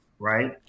Right